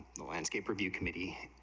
the landscape review committee,